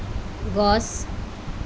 গছ